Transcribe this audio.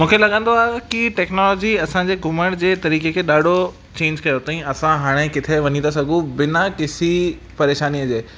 मूंखे लॻंदो आहे की टेक्नोलॉजी असांजे घुमण जे तरीक़े खे ॾाढो चेंज कयो अथईं असां हाणे किथे वञी था सघूं बिना किसी परेशानीअ जे